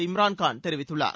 இம்ரான் கான் தெரிவித்துள்ளார்